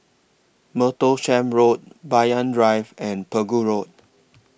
Martlesham Road Banyan Drive and Pegu Road